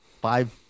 Five